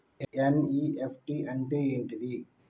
NEFT అంటే ఏంటిది?